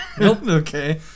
Okay